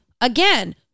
again